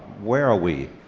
where are we,